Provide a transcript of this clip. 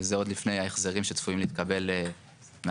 וזה עוד לפני ההחזרים שצפויים להתקבל מהתביעה.